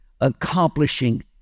accomplishing